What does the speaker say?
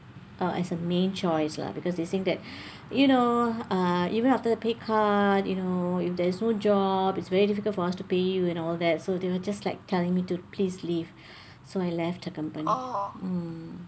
as a main choice lah because they think that you know ah even after pay cut you know if there's no job it's very difficult for us to pay you and all that so they were just like telling me to please leave so I left the company mm